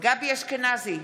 גבי אשכנזי,